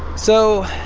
so